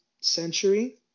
century